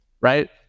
Right